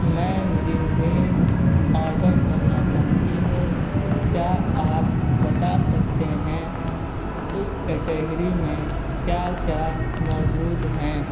میں مرینڈیز آرڈر کرنا چاہتی ہوں کیا آپ بتا سکتے ہیں اس کیٹیگری میں کیا کیا موجود ہیں